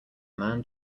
man